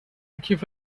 کیف